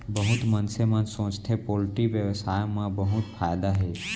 बहुत मनसे मन सोचथें पोल्टी बेवसाय म बहुत फायदा हे